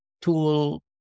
tool